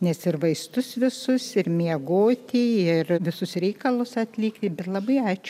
nes ir vaistus visus ir miegoti ir visus reikalus atlikti bet labai ačiū